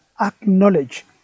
acknowledge